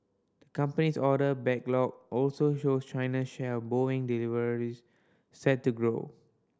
company's order backlog also shows China's share of Boeing deliveries set to grow